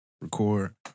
record